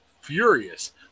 furious